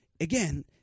Again